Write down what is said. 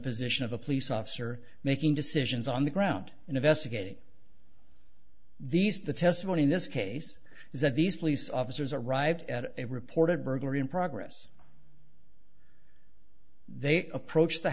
position of a police officer making decisions on the ground investigating these the testimony in this case is that these police officers arrived at a reported burglary in progress they approached the